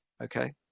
okay